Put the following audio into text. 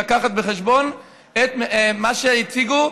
לקחת בחשבון את מה שהציגו,